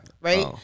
Right